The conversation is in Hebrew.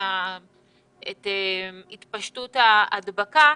בהתפשטות ההדבקה.